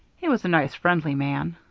he was a nice, friendly man